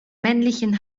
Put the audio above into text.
männlichen